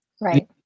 Right